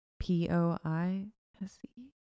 P-O-I-S-E